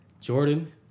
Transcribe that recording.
Jordan